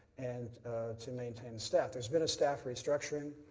and to maintain staff. there has been a staff restructuring.